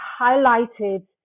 highlighted